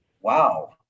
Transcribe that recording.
wow